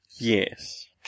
Yes